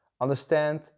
understand